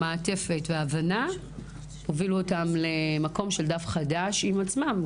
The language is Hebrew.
המעטפת וההבנה הובילו אותם למקום של דף חדש עם עצמם,